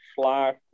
slash